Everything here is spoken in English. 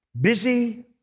busy